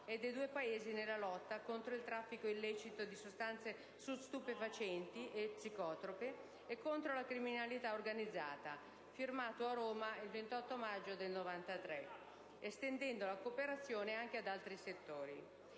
dei due Paesi nella lotta contro il traffico illecito di sostanze stupefacenti e psicotrope e contro la criminalità organizzata, firmato a Roma il 28 maggio 1993, estendendo la cooperazione ad altri settori.